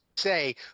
Say